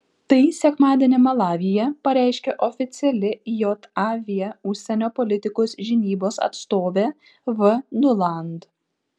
tai sekmadienį malavyje pareiškė oficiali jav užsienio politikos žinybos atstovė v nuland